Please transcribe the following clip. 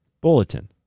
Bulletin